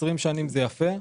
20 שנים זה יפה,